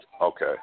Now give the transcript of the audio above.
Okay